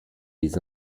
les